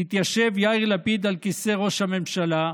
יתיישב יאיר לפיד על כיסא ראש הממשלה.